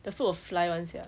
the food will fly [one] sia